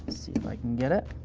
see if i can get it.